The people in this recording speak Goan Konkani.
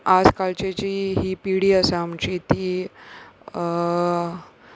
आज कालची जी ही पिडी आसा आमची ती